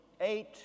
eight